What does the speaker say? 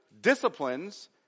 disciplines